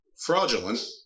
fraudulent